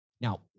Now